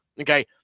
Okay